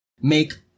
make